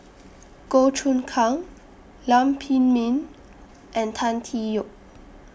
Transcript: Goh Choon Kang Lam Pin Min and Tan Tee Yoke